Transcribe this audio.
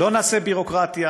לא נעשה ביורוקרטיה.